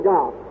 God